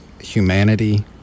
humanity